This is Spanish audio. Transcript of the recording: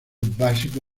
básico